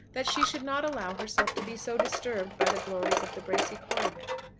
that she should not allow herself to be so disturbed by the glories of the bracy coronet.